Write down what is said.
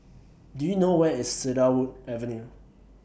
Do YOU know Where IS Cedarwood Avenue